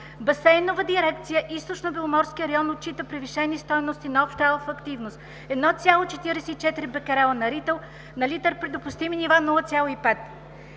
Басейнова дирекция „Източнобеломорски район“ отчита превишени стойности на обща алфа-активност 1,44 бекерела на литър при допустими нива 0,5,